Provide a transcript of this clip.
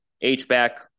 H-back